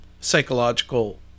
psychological